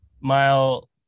mile